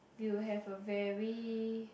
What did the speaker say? we will have a very